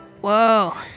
Whoa